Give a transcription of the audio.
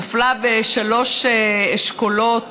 נפלה בשלושה אשכולות